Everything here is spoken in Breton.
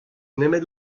nemet